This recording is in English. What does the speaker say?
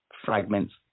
fragments